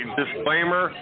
disclaimer